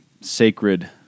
sacred